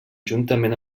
juntament